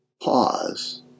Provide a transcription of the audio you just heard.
pause